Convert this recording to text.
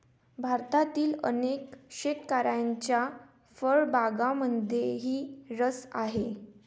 भारतातील अनेक शेतकऱ्यांना फळबागांमध्येही रस आहे